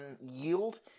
yield